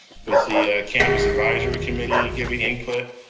with the cannabis advisory committee giving input.